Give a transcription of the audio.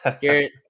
Garrett